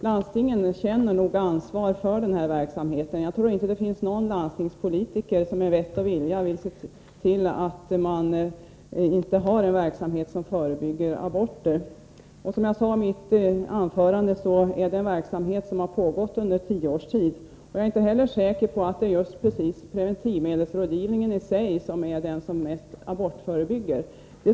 Landstingen känner säkert sitt ansvar för denna verksamhet. Jag tror inte att någon landstingspolitiker med vett och vilja vill få bort en verksamhet där man arbetar med att förebygga aborter. Som jag sade i mitt anförande är det en verksamhet som har bedrivits i tio års tid. Jag är inte heller säker på att det är just preventivmedelsrådgivningen i sig som verkar mest abortförebyggande.